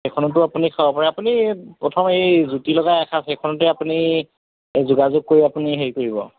সেইখনতো আপুনি খাব পাৰে আপুনি প্ৰথম এই জুতি লগাই এসাঁজ সেইখনতে আপুনি যোগাযোগ কৰি আপুনি হেৰি কৰিব